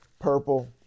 purple